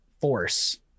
force